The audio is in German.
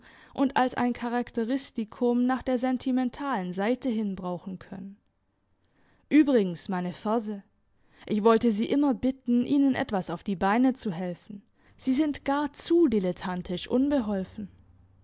und als ein charakteristikum nach der sentimentalen seite hin brauchen können übrigens meine verse ich wollte sie immer bitten ihnen etwas auf die beine zu helfen sie sind gar zu dilettantisch unbeholfen